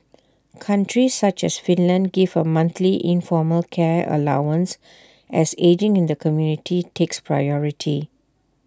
countries such as Finland give A monthly informal care allowance as ageing in the community takes priority